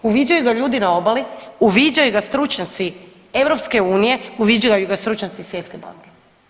Uviđaju ga ljudi na obali, uviđaju ga stručnjaci EU, uviđaju ga stručnjaci Svjetske banke.